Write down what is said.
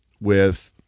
with-